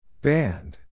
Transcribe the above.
Band